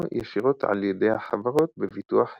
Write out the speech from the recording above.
או ישירות על ידי החברות, בביטוח ישיר.